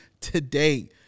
today